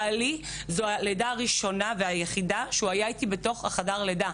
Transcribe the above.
לבעלי זו הלידה הראשונה והיחידה שהוא היה אתי בתוך חדר הלידה,